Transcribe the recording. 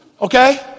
okay